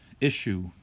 issue